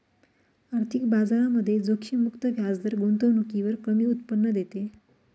आर्थिक बाजारामध्ये जोखीम मुक्त व्याजदर गुंतवणुकीवर कमी उत्पन्न देते